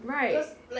right